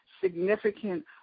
significant